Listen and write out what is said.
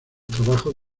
trabajos